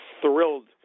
thrilled